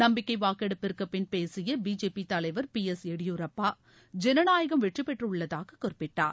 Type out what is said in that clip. நம்பிக்கை வாக்கெடுப்பிற்குப்பின் பேசிய பிஜேபி தலைவர் பி எஸ் எடியூரப்பா ஜனநாயகம் வெற்றிபெற்றுள்ளதாக குறிப்பிட்டார்